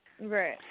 Right